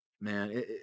man